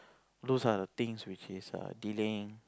those are things which is err delaying